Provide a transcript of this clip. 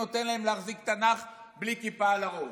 נותן להם להחזיק תנ"ך בלי כיפה על הראש,